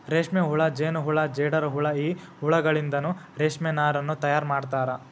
ರೇಷ್ಮೆಹುಳ ಜೇನಹುಳ ಜೇಡರಹುಳ ಈ ಹುಳಗಳಿಂದನು ರೇಷ್ಮೆ ನಾರನ್ನು ತಯಾರ್ ಮಾಡ್ತಾರ